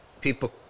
people